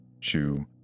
Chew